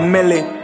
Millie